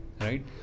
right